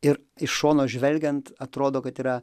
ir iš šono žvelgiant atrodo kad yra